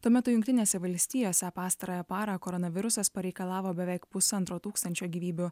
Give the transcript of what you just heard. tuo metu jungtinėse valstijose pastarąją parą koronavirusas pareikalavo beveik pusantro tūkstančio gyvybių